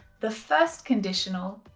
the first conditional,